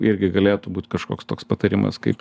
irgi galėtų būt kažkoks toks patarimas kaip